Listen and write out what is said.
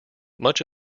much